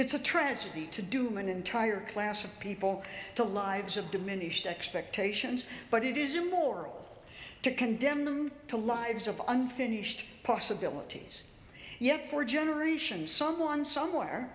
it's a tragedy to do an entire class of people to lives of diminished expectations but it is immoral to condemn them to lives of unfinished possibilities yet for generations someone somewhere